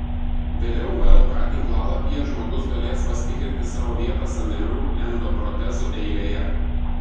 vėliau vlk tinklalapyje žmogus galės pasitikrinti savo vietą sąnarių endoprotezų eilėje